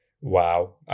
Wow